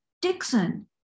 Dixon